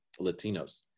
Latinos